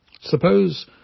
Suppose